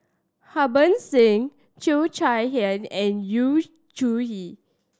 Harbans Singh Cheo Chai Hiang and Yu Zhuye